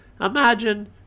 Imagine